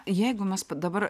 jeigu mes dabar